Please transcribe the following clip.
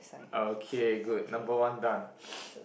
okay good number one done